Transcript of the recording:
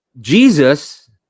Jesus